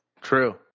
True